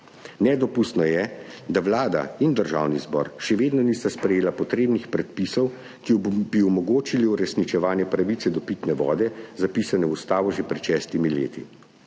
Nedopustno je, da Vlada in Državni zbor še vedno nista sprejela potrebnih predpisov, ki bi omogočili uresničevanje pravice do pitne vode, zapisane v ustavo že pred šestimi leti.